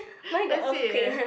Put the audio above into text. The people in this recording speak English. that's it eh